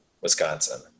Wisconsin